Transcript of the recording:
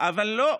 אבל לא.